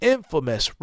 infamous